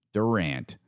Durant